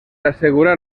assegurar